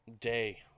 day